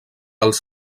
els